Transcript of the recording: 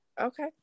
Okay